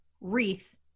wreath